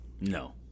No